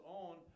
own